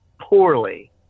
poorly